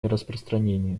нераспространения